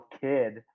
kid